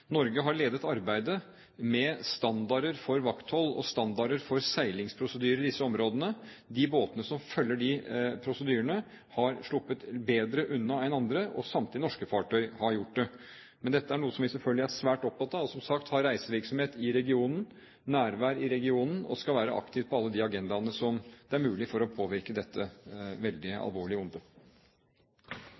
Norge har ledet arbeidet med standarder for vakthold og standarder for seilingsprosedyrer i disse områdene. De båtene som følger de prosedyrene, har sluppet bedre unna enn andre, og samtlige norske fartøy har gjort det. Men dette er noe som vi selvfølgelig er svært opptatt av, som sagt, ha reisevirksomhet i regionen, ha nærvær i regionen, og vi skal være aktive på alle de agendaene som det er mulig for å påvirke dette veldig